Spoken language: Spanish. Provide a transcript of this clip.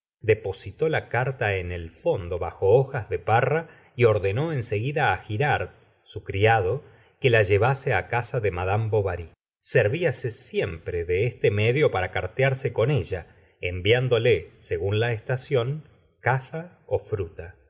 depositó la carta en el fondo bajo hojas de parra y ordenó en seguida á girard su criado que la llevase á casa de mad bovary serviase siempre de este medio para cartearse con ella enviándole según la estación caza ó fruta